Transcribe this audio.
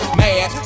mad